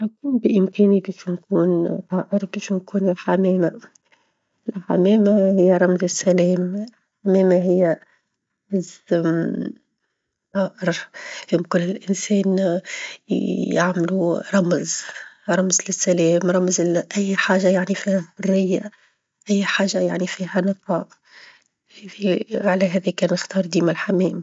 لو كان بإمكاني باش نكون طائر، باش نكون الحمامة، الحمامة هي رمز السلام، الحمامة هي أعز طائر يمكن الإنسان يعمله رمز، رمز للسلام، رمز لأي حاجة يعني فيها حرية، أى حاجة يعني فيها نقاء على هذيك نختار ديما الحمام.